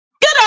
Good